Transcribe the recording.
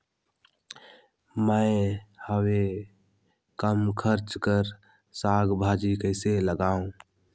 मैं हवे कम खर्च कर साग भाजी कइसे लगाव?